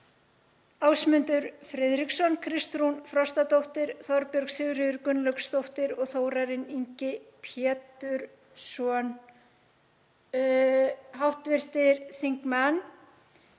Ásmundur Friðriksson, Kristrún Frostadóttur, Þorbjörg Sigríður Gunnlaugsdóttir og Þórarinn Ingi Pétursson. Sú breyting